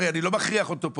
אני לא מכריח אותו.